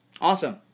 Awesome